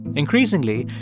increasingly,